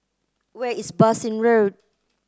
where is Bassein Road